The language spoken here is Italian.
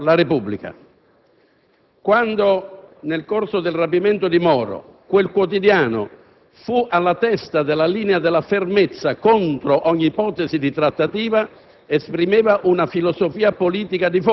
politica. In altri termini, intendo dire che la gioia umana riguarda il fatto, sul quale non vogliamo che ci siano dubbi da parte di nessuno, che la liberazione di una persona, in questo caso di un giornalista, ci sta particolarmente a cuore.